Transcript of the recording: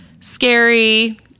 scary